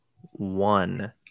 one